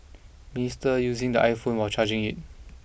minister using the iPhone while charging it